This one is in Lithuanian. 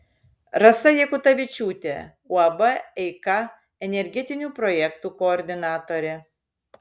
rasa jakutavičiūtė uab eika energetinių projektų koordinatorė